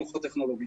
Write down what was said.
החינוך הטכנולוגי.